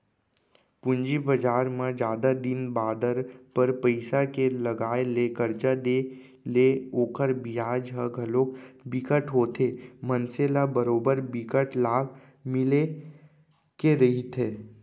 पूंजी बजार म जादा दिन बादर बर पइसा के लगाय ले करजा देय ले ओखर बियाज ह घलोक बिकट होथे मनसे ल बरोबर बिकट लाभ मिले के रहिथे